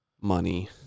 money